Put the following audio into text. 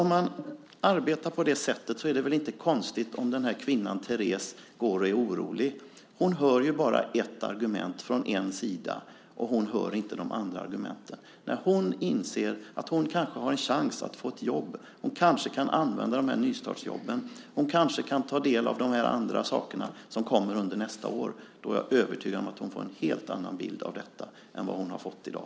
Om man arbetar på det sättet är det väl inte konstigt om Terés går omkring och är orolig. Hon hör ju bara ett argument, från en sida. Hon hör inte de andra argumenten. När hon inser att hon kanske har en chans att få ett jobb, att hon kanske kan använda sig av nystartsjobben och ta del av de andra saker som kommer under nästa år, får hon - det är jag övertygad om - en helt annan bild av detta än den hon fått i dag.